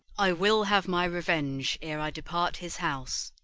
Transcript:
i will have my revenge ere i depart his house.